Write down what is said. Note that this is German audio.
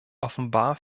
offenbar